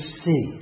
see